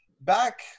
back